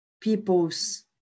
people's